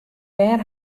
wêr